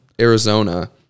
Arizona